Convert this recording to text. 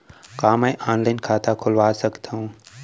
का मैं ऑनलाइन खाता खोलवा सकथव?